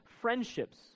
friendships